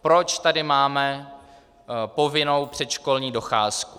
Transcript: Proč tady máme povinnou předškolní docházku.